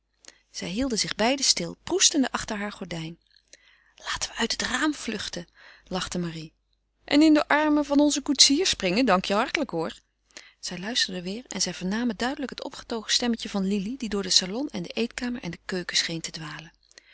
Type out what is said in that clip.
zij hielden zich beiden stil proestende achter haar gordijn laten we uit het raam vluchten lachte marie en in de armen van onzen koetsier springen dank je hartelijk hoor zij luisterden weer en zij vernamen duidelijk het opgetogen stemmetje van lili die door den salon en de eetkamer en de keuken scheen te dwalen